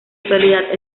actualidad